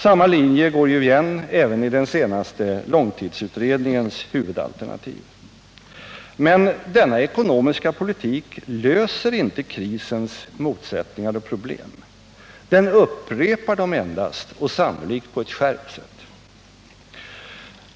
Samma linje går ju igen även i den senaste långtidsutredningens huvudalternativ. Men denna ekonomiska politik löser inte krisens motsättningar och problem. Den upprepar dem endast och sannolikt på ett skärpt sätt.